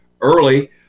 early